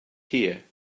here